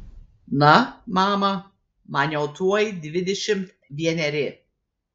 na mama man jau tuoj dvidešimt vieneri